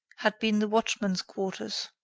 had been the watchman's quarters.